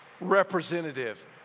representative